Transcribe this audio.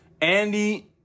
Andy